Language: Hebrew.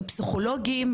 פסיכולוגים,